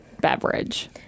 beverage